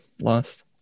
lost